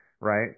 right